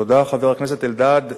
תודה, חבר הכנסת אלדד.